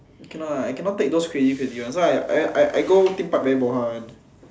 I cannot lah I cannot take those crazy crazy one so I I I go theme park very bo hua one